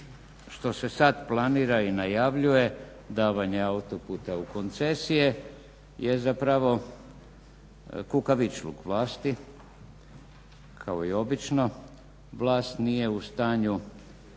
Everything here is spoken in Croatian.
što se sad planira i najavljuje davanje autoputa u koncesije, je zapravo kukavičluk vlasti kao i obično. Vlast nije u stanju